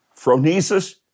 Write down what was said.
phronesis